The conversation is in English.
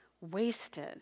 Wasted